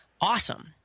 Awesome